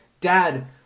Dad